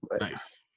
Nice